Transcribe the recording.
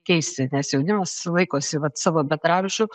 keisti nes jaunimas laikosi vat savo bendraamžių